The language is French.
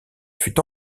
fut